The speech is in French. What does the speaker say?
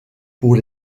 pour